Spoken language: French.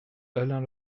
alain